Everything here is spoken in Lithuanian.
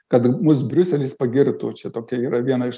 kad mūsų briuselis pagirtų čia tokia yra viena iš